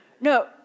no